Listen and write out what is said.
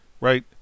right